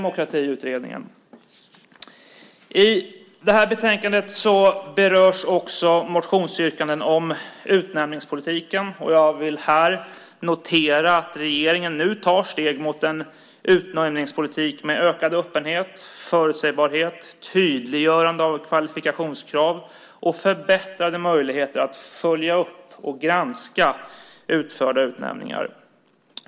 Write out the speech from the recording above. I betänkandet berörs också motionsyrkanden om utnämningspolitiken. Jag noterar att regeringen nu tar steg mot en utnämningspolitik med ökad öppenhet, förutsägbarhet, tydliggörande av kvalifikationskrav och förbättrade möjligheter att följa upp och granska utförda utnämningar.